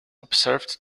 observed